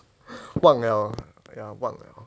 忘 liao ya 忘 liao